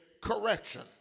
correction